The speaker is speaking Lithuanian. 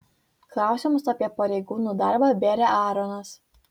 klausimus apie pareigūnų darbą bėrė aaronas